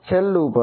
છેલ્લું પદ